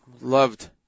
loved